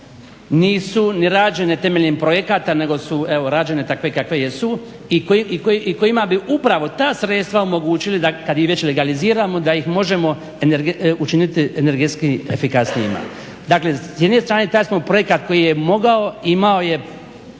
nisu ni rađene temeljem projekata nego su evo rađene takve kakve jesu i kojima bi upravo ta sredstva omogućili da kad ih već legaliziramo da ih možemo učiniti energetski efikasnijima. Dakle, s jedne strane taj smo projekat koji je mogao, imao je